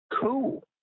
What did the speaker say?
Cool